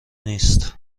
نیست